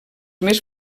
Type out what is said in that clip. més